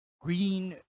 green